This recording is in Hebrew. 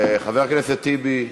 חבר הכנסת טיבי,